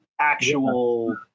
actual